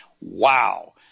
Wow